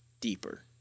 deeper